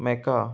mecca